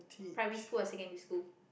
primary school or secondary school